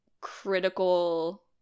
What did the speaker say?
critical